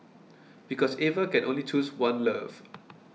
because Eva can only choose one love